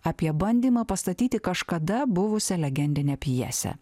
apie bandymą pastatyti kažkada buvusią legendinę pjesę